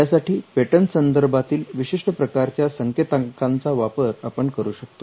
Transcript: यासाठी पेटंट संदर्भातील विशिष्ट प्रकारच्या संकेतांकाचा वापर आपण करू शकतो